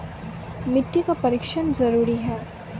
मिट्टी का परिक्षण जरुरी है?